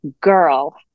Girl